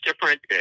different